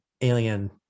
Alien